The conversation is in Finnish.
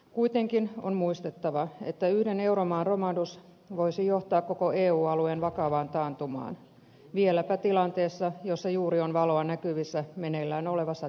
kuitenkin on muistettava että yhden euromaan romahdus voisi johtaa koko eu alueen vakavaan taantumaan vieläpä tilanteessa jossa juuri on valoa näkyvissä meneillään olevassa taantumassa